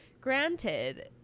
Granted